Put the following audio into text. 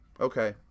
Okay